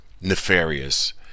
nefarious